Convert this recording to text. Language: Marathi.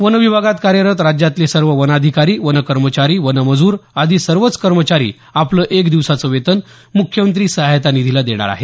वन विभागात कार्यरत राज्यातले सर्व वनाधिकारी वनकर्मचारी वनमजूर आदी सर्वच कमचारी आपलं एक दिवसाचं वेतन मुख्यमंत्री सहायता निधीला देणार आहेत